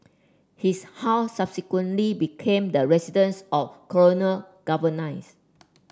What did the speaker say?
his house subsequently became the residence of colonial